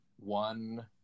one